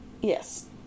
Yes